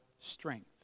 strength